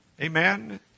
Amen